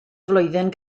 flwyddyn